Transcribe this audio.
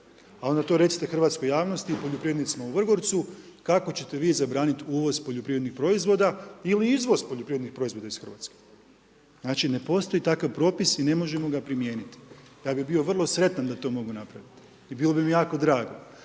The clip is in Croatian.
A onda to recite hrvatskoj javnosti i poljoprivrednicima u Vrgorcu, kako ćete vi zabraniti uvoz poljoprivrednih proizvoda ili izvoz poljoprivrednih proizvoda iz Hrvatske. Znači ne postoji takav propis i ne možemo ga primijeniti. Ja bi bio vrlo sretan da to mogu napraviti i bilo bi mi jako drago,